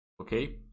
Okay